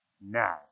Now